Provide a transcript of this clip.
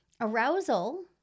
arousal